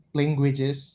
languages